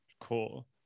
Cool